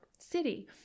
city